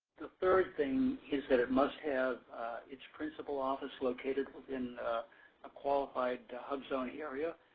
the third thing is that it must have its principal office located within a qualified hubzone area.